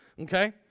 okay